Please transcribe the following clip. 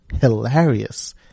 hilarious